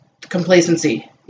complacency